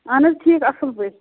اَہَن حظ ٹھیٖک اَصٕل پٲٹھۍ